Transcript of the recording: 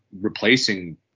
replacing